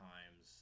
Times